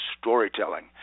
storytelling